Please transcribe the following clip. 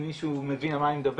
אם מישהו מבין על מה אני מדבר,